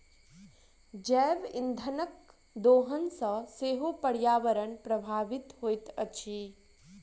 जैव इंधनक दोहन सॅ सेहो पर्यावरण प्रभावित होइत अछि